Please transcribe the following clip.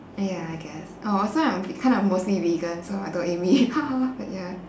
eh ya I guess oh also I'm k~ kind of mostly vegan so I don't eat meat but ya